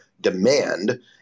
demand